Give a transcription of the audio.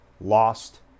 lost